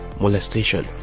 molestation